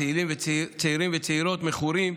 צעירים וצעירות מכורים,